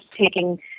taking